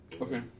Okay